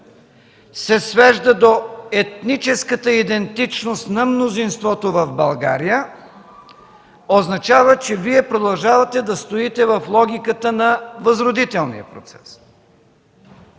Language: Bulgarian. се свежда до етническата идентичност на мнозинството в България, означава, че Вие продължавате да стоите в логиката на възродителния процес.